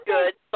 good